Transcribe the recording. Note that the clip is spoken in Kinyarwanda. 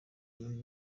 burundu